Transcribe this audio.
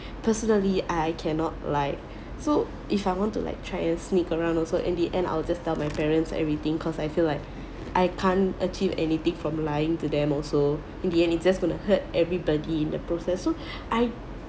personally I cannot like so if I want to like try and sneak around also in the end I'll just tell my parents everything cause I feel like I can't achieve anything from lying to them also in the end it's just gonna hurt everybody in the process so I